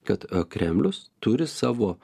kad kremlius turi savo